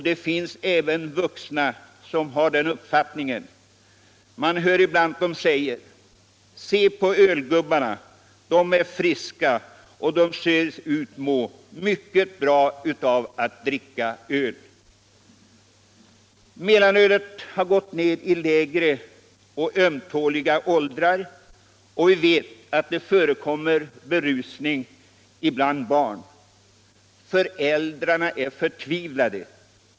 Det finns även vuxna människor som har den uppfattningen. Man hör ibland att de säger: Se på ölgubbarna; de är friska och de ser ut att må mycket bra av att dricka öl! Mellanölet har börjat användas i lägre och ömtåliga åldrar, och vi vet att det förekommer berusning bland barn. Föräldrarna är förtvivlade.